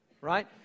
right